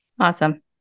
Awesome